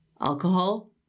Alcohol